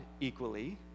equally